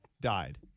died